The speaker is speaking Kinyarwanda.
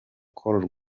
call